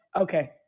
Okay